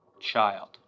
child